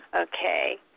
okay